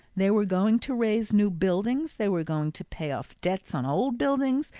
they were going to raise new buildings, they were going to pay off debts on old buildings,